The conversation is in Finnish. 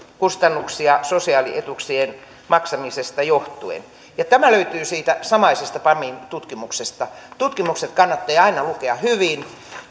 kustannuksia sosiaalietuuksien maksamisesta johtuen ja tämä löytyy siitä samaisesta pamin tutkimuksesta tutkimukset kannattaa aina lukea hyvin